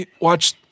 watch